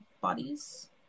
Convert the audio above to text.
bodies